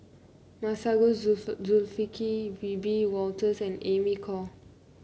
Masagos Zulkifli Wiebe Wolters and Amy Khor